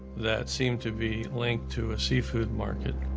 that seemed to be linked to a seafood market.